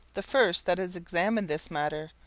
the first that has examined this matter,